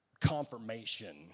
confirmation